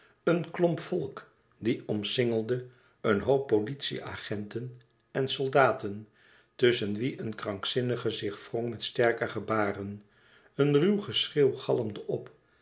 een klomp volk die omsingelde een hoop politie-agenten en soldaten tusschen wie een krankzinnige zich wrong met sterke gebaren een ruw geschreeuw galmde op